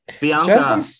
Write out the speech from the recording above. Bianca